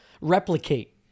replicate